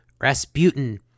Rasputin